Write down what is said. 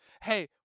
Hey